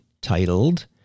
titled